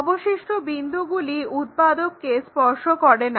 অবশিষ্ট বিন্দুগুলি উৎপাদককে স্পর্শ করে না